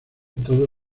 todo